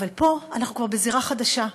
אבל פה אנחנו כבר בזירה חדשה,